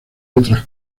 otras